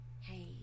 Hey